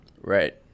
Right